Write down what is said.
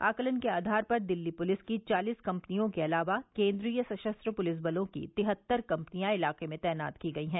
आकलन के आधार पर दिल्ली पुलिस की चालीस कंपनियों के अलावा केंद्रीय सशस्त्र पुलिस बलों की तिहत्तर कंपनियां इलाके में तैनात की गई हैं